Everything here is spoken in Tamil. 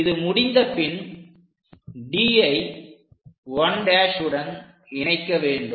இது முடிந்தபின் Dஐ 1' உடன் இணைக்க வேண்டும்